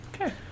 Okay